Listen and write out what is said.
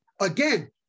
Again